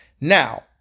now